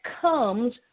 comes